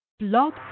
Blog